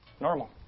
normal